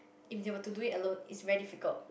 if they were to do it alone it's very difficult